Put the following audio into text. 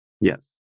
yes